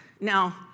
Now